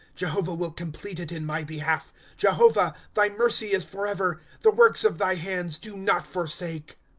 jehovah will complete it in my hehalf jehovah, thy mercy is forever. the works of thy hands do not forsake!